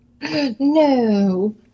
No